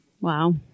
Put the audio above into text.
Wow